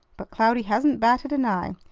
but cloudy hasn't batted an eye.